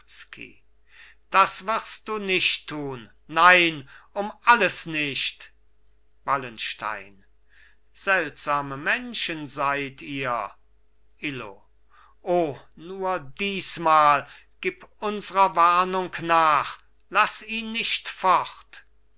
das wirst du nicht tun nein um alles nicht wallenstein seltsame menschen seid ihr illo o nur diesmal gib unsrer warnung nach laß ihn nicht fort